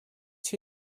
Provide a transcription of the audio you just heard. się